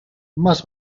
más